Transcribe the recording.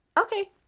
Okay